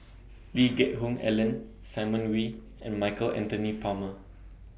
Lee Geck Hoon Ellen Simon Wee and Michael Anthony Palmer